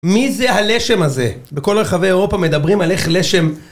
מי זה הלשם הזה? בכל רחבי אירופה מדברים על איך לשם...